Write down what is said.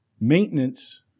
maintenance